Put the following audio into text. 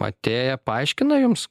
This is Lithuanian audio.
atėję paaiškina jums